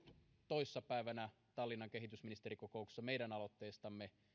toissapäivänä tallinnan kehitysministerikokouksessa meidän aloitteestamme